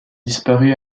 disparu